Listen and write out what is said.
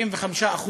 95%,